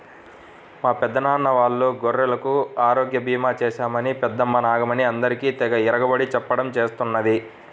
మా పెదనాన్న వాళ్ళ గేదెలకు ఆరోగ్య భీమా చేశామని పెద్దమ్మ నాగమణి అందరికీ తెగ ఇరగబడి చెప్పడం చేస్తున్నది